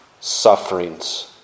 sufferings